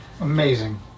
Amazing